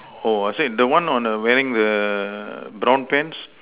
oh I said the one on a wearing the brown pants